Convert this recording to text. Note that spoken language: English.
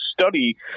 study